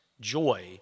joy